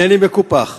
אינני מקופח.